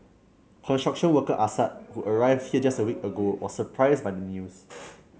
construction worker Assad who arrived here just a week ago was surprised by the news